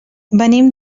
venim